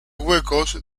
huecos